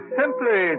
simply